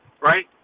right